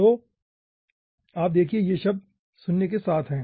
तो आप देखिये ये सब 0 के साथ हैं